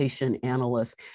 analysts